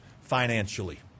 financially